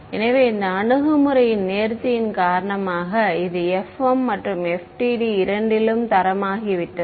எனவே இந்த அணுகுமுறையின் நேர்த்தியின் காரணமாக இது FEM மற்றும் FDTD இரண்டிலும் தரமாகிவிட்டது